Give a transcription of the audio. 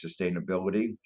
sustainability